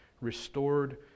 restored